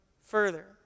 further